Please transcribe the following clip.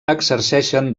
exerceixen